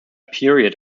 period